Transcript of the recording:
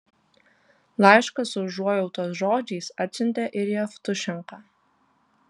laišką su užuojautos žodžiais atsiuntė ir jevtušenka